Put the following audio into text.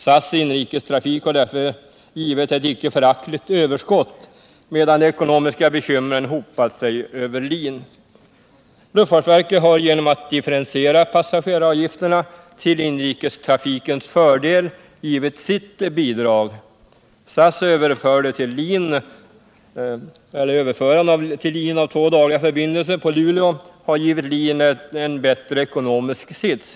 SAS inrikestrafik har därför givetvis ett icke föraktligt överskott, medan de ekonomiska bekymren hopat sig över LIN. förbindelser på Luleå har givit LIN en bättre ekonomisk sits.